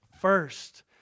first